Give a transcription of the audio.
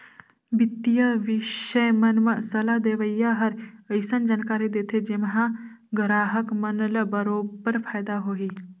बित्तीय बिसय मन म सलाह देवइया हर अइसन जानकारी देथे जेम्हा गराहक मन ल बरोबर फायदा होही